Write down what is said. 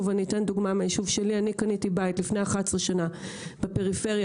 אני קניתי בית לפני 11 שנה ביישוב שלי בפריפריה.